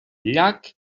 llac